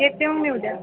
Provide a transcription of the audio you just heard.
येते मी मग उद्या